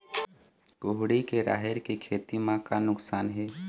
कुहड़ी के राहेर के खेती म का नुकसान हे?